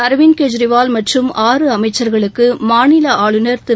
அரவிந்த் கெஜ்ரிவால் மற்றும் ஆறு அமைச்சா்களுக்கு மாநில ஆளுநர் திரு